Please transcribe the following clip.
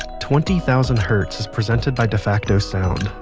twenty thousand hertz is presented by defacto sound.